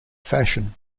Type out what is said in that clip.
fashion